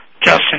Justin